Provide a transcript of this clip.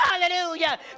Hallelujah